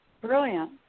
brilliant